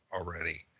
already